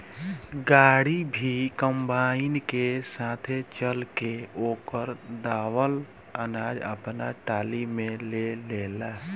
गाड़ी भी कंबाइन के साथे चल के ओकर दावल अनाज आपना टाली में ले लेला